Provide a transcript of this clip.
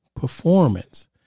performance